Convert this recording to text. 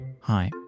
Hi